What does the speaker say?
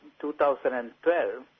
2012